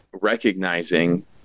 recognizing